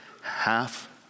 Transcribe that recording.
half